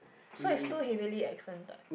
so it's too heavily accent ah